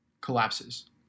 collapses